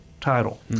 title